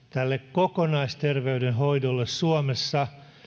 kokonaisterveydenhoidolle suomessa